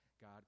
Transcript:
God